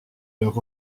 leur